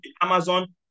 Amazon